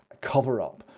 cover-up